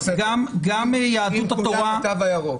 גם יהדות התורה ------ עם תעודת התו הירוק.